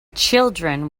children